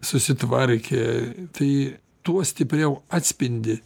susitvarkė tai tuo stipriau atspindi